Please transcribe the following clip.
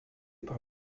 par